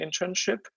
internship